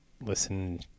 listen